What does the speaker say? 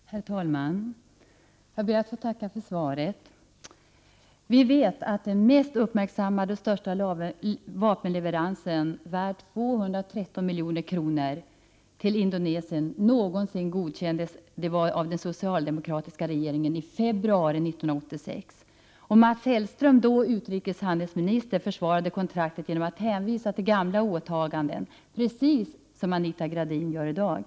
Herr talman! Jag ber att få tacka för svaret. Vi vet att den mest uppmärksammade och största vapenleverans som någonsin godkänts var den vapenleverans till Indonesien värd 230 milj.kr. som godkändes av den socialdemokratiska regeringen i februari 1986. Mats Hellström, som då var utrikeshandelsminister, försvarade kontraktet genom att hänvisa till gamla åtaganden, vilket är precis vad Anita Gradin gör i dag.